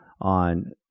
on